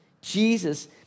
Jesus